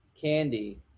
candy